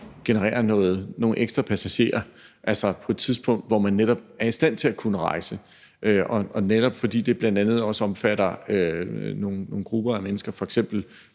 generere nogle ekstra passagerer, altså på et tidspunkt, hvor man netop er i stand til at kunne rejse. Og det her omfatter nogle bestemte grupper af mennesker, f.eks.